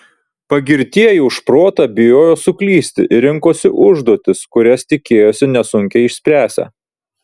pagirtieji už protą bijojo suklysti ir rinkosi užduotis kurias tikėjosi nesunkiai išspręsią